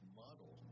model